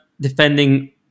defending